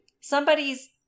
Somebody's